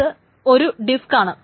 ഇത് ഒരു ഡിസ്ക് ആണ്